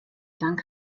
dank